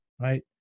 Right